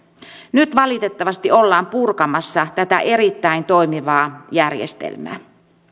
nyt valitettavasti ollaan purkamassa tätä erittäin toimivaa järjestelmää